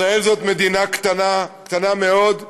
ישראל זו מדינה קטנה, קטנה מאוד,